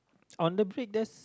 on the big desk